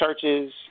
churches